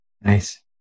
Nice